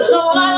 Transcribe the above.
Lord